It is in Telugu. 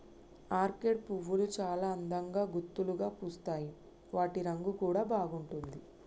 ఆర్కేడ్ పువ్వులు చాల అందంగా గుత్తులుగా పూస్తాయి వాటి రంగు కూడా బాగుంటుంది